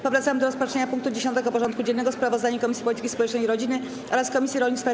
Powracamy do rozpatrzenia punktu 10. porządku dziennego: Sprawozdanie Komisji Polityki Społecznej i Rodziny oraz Komisji Rolnictwa i